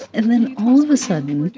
and then all of a sudden,